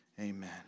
Amen